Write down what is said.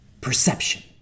perception